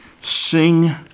Sing